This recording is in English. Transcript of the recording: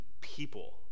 people